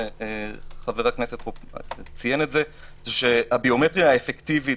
וחבר הכנסת ציין את זה הביומטריה האפקטיבית